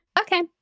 Okay